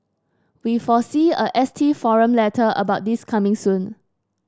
we foresee a ST forum letter about this coming soon